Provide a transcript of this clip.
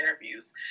interviews